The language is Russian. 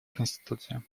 конституция